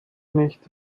nicht